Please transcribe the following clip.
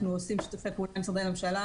אנחנו עושים שיתופי פעולה עם משרדי ממשלה,